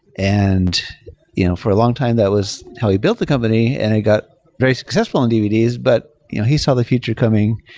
and you know for a long time that was how he built the company and it got very successful on dvds, but you know he saw the future coming.